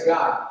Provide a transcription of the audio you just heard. God